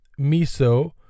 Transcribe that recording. miso